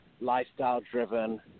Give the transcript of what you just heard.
lifestyle-driven